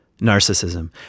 narcissism